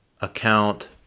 account